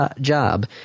job